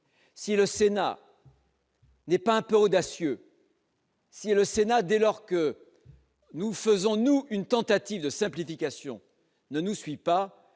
si le Sénat. N'est pas un peu audacieux. Si le Sénat dès lors que nous faisons, nous, une tentative de simplification ne nous suit pas